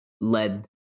led